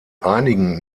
einigen